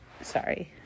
sorry